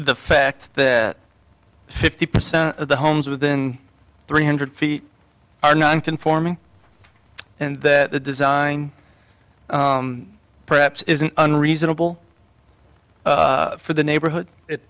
the fact that fifty percent of the homes within three hundred feet are non conforming and that the design perhaps isn't unreasonable for the neighborhood i